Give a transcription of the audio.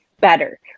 better